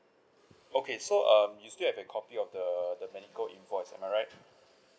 okay so um you still have a copy of the the medical invoice am I right